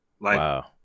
Wow